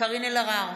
קארין אלהרר,